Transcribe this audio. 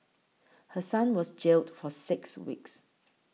her son was jailed for six weeks